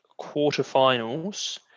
quarterfinals